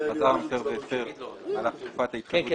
חזר המפר והפר במהלך תקופת ההתחייבות